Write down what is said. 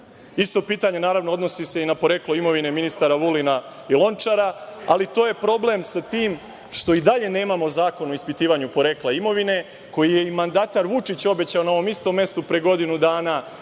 Isto pitanje, naravno, odnosi se i na poreklo imovine ministara Vulina i Lončara, ali to je problem sa tim što i dalje nemamo zakon o ispitivanju porekla imovine, koji je i mandatar Vučić obećao na ovom istom mestu pre godinu dana,